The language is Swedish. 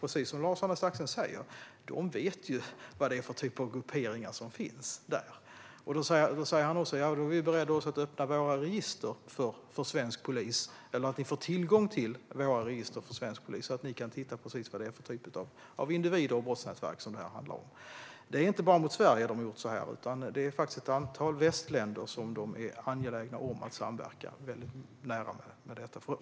Precis som Lars-Arne Staxäng säger vet de vad det är för typer av grupperingar som finns där. Han sa också: Vi är beredda att ge svensk polis tillgång till våra register, så att ni kan se precis vad det är för typ av individer och brottsnätverk som det handlar om. Rumänien har inte gjort så här bara mot Sverige, utan det är ett antal västländer som de är angelägna om att samverka väldigt nära med vad gäller detta.